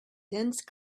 dense